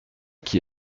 qui